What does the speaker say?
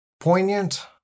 poignant